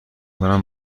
کنم